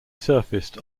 surfaced